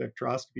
spectroscopy